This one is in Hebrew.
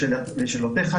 לשאלותיך,